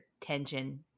tension